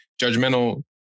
judgmental